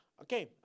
Okay